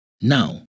Now